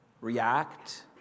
react